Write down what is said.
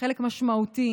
חלק משמעותי.